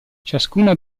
ciascuna